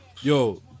yo